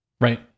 Right